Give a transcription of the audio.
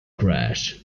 crash